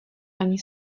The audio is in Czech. ani